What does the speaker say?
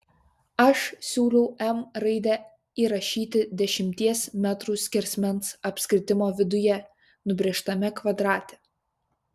aš siūliau m raidę įrašyti dešimties metrų skersmens apskritimo viduje nubrėžtame kvadrate